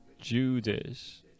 Judas